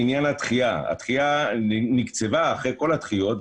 לעניין הדחייה הדחייה נקצבה אחרי כל הדחיות,